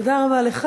תודה רבה לך.